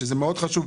שזה מאוד חשוב.